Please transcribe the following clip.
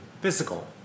physical